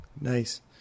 nice